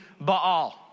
Baal